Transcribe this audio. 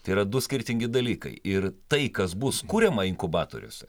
tai yra du skirtingi dalykai ir tai kas bus kuriama inkubatoriuose